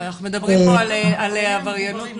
אנחנו מדברים פה על עבריינות נוער,